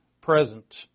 present